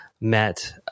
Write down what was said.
met